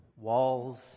walls